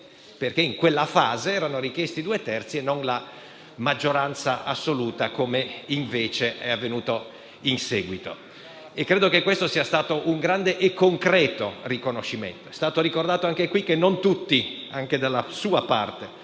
eletti. In quella fase erano richiesti infatti due terzi e non la maggioranza assoluta, come invece è avvenuto in seguito; credo che questo sia stato un grande e concreto riconoscimento. È stato ricordato anche qui che non tutti, anche dalla sua parte,